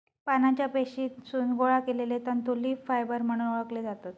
पानांच्या पेशीतसून गोळा केलले तंतू लीफ फायबर म्हणून ओळखले जातत